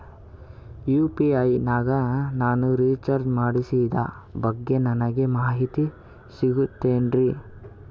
UPI ನಾಗ ನಾನು recharge ಮಾಡಿಸಿದ ಬಗ್ಗೆ ನನಗೆ ಮಾಹಿತಿ ಸಿಗುತೇನ್ರೀ?